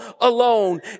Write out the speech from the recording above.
alone